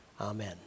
Amen